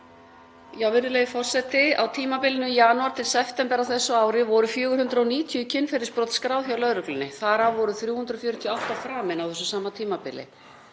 Virðulegi forseti. Á tímabilinu janúar til september á þessu ári voru 490 kynferðisbrot skráð hjá lögreglunni. Þar af voru 348 framin á þessu sama tímabili.